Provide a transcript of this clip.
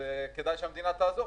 כדאי שהמדינה תעזור,